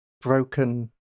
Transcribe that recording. broken